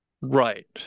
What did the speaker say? Right